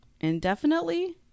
indefinitely